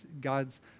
God's